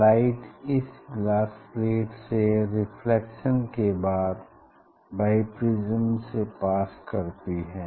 light इस glass plate से reflection के बाद बाइप्रिज्म से पास करती है